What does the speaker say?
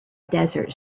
desert